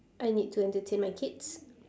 I need to entertain my kids